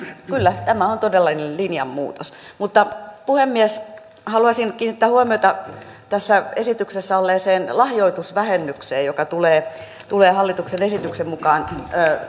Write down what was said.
kyllä tämä on todellinen linjanmuutos mutta puhemies haluaisin kiinnittää huomiota tässä esityksessä olleeseen lahjoitusvähennykseen joka tulee tulee hallituksen esityksen mukaan